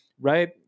right